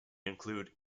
include